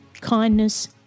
kindness